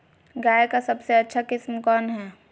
गाय का सबसे अच्छा किस्म कौन हैं?